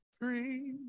free